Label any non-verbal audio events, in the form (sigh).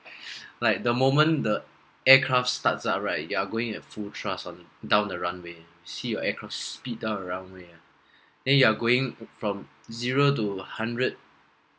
(breath) like the moment the aircraft starts ah right you are going at full thrust on down the runway see your aircraft speed down the runway ah then you are going from zero to hundred